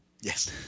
Yes